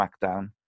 SmackDown